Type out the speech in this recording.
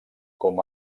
com